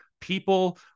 people